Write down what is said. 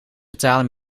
betalen